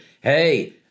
Hey